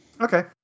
Okay